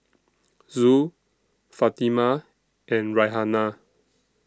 Zul Fatimah and Raihana